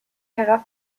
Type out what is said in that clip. herab